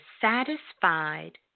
satisfied